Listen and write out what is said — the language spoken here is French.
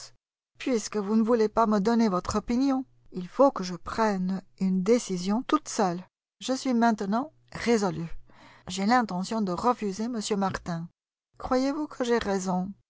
puisque vous ne voulez pas me donner votre opinion il faut que je prenne une décision toute seule je suis maintenant résolue j'ai l'intention de refuser m martin croyez-vous que j'aie raison